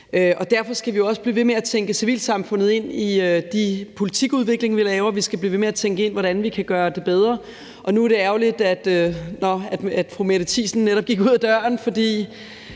ved med at tænke civilsamfundet ind i den politikudvikling, vi laver. Vi skal blive ved med tænke ind, hvordan vi kan gøre det bedre. Nu er det ærgerligt, at fru Mette Thiesen netop gik ud af døren.